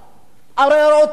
אז יבואו ויגידו לנו: